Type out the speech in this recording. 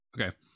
Okay